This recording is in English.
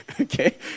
okay